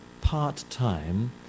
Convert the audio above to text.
part-time